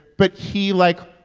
but he, like,